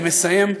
אני מסיים.